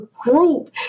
group